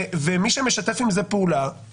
ומי שמשתף עם זה פעולה,